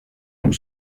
που